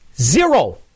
Zero